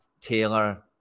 Taylor